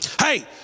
Hey